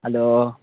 hello